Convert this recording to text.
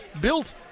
built